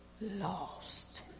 lost